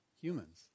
humans